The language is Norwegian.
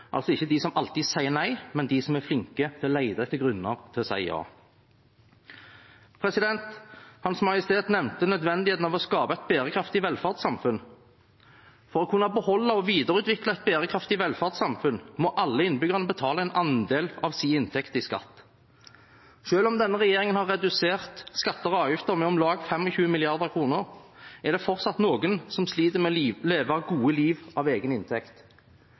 altså ikke de som alltid sier nei, men de som er flinke til å lete etter grunner til å si ja. Hans Majestet Kongen nevnte nødvendigheten av å skape et bærekraftig velferdssamfunn. For å kunne beholde og videreutvikle et bærekraftig velferdssamfunn må alle innbyggerne betale en andel av sin inntekt som skatt. Selv om denne regjeringen har redusert skatter og avgifter med om lag 25 mrd. kr, er det fortsatt noen som sliter med å leve gode liv av egen inntekt.